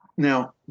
Now